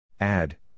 Add